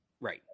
Right